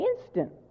instant